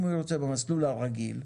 אם הוא ירצה במסלול הרגיל,